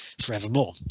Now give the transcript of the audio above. forevermore